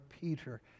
Peter